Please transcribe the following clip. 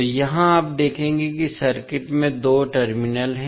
तो यहाँ आप देखेंगे कि सर्किट में दो टर्मिनल हैं